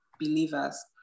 believers